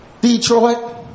Detroit